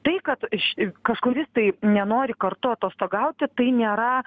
tai kad iš kažkuris tai nenori kartu atostogauti tai nėra